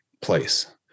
place